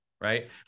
right